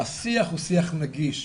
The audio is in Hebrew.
השיח הוא שיח נגיש,